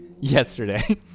yesterday